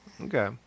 Okay